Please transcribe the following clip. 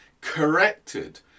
corrected